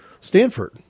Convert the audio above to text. Stanford